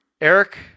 Eric